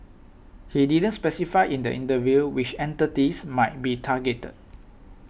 he didn't specify in the interview which entities might be targeted